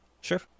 Sure